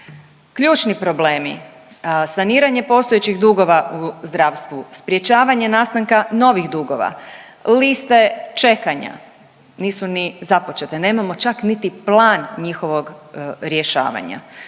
Ključni problemi, saniranje postojećih dugova u zdravstvu, sprječavanje nastanka novih dugova, liste čekanja, nisu ni započete nemamo čak niti plan njihovog rješavanja.